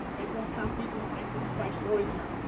and then some people find this quite worrisome,